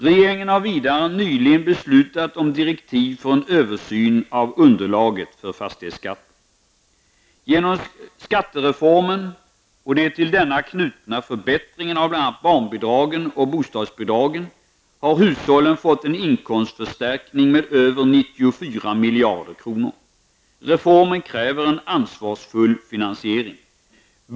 Regeringen har vidare nyligen beslutat om direktiv för en översyn av underlaget för fastighetsskatten. Genom skattereformen och de till denna knutna förbättringarna av bl.a. barnbidragen och bostadsbidragen har hushållen fått en inkomstförstärkning med över 94 miljarder kronor. Reformen kräver en ansvarsfull finansiering.